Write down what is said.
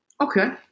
Okay